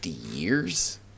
years